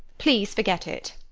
please forget it.